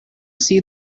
see